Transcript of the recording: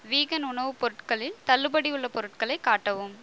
vegan உணவுப் பொருட்களில் தள்ளுபடி உள்ள பொருட்களை காட்டவும்